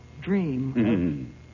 dream